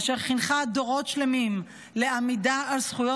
אשר חינכה דורות שלמים לעמידה על זכויות